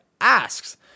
asks